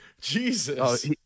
Jesus